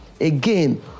Again